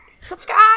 Subscribe